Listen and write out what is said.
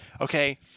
okay